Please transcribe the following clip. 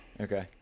Okay